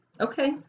Okay